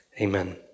Amen